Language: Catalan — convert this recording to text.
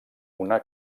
una